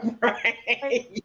right